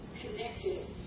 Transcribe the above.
connected